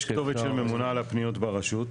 יש כתובת שממונה על הפניות ברשות.